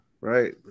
right